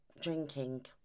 drinking